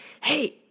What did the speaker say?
Hey